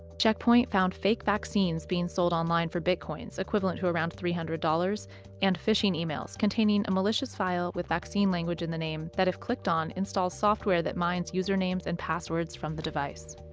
check point, found fake vaccines being sold online for bitcoins equivalent to around three hundred dollars dollars and phishing emails containing a malicious file with vaccine language in the name that if clicked on, installs software that mines usernames and passwords from the device.